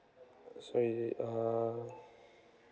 sorry is it uh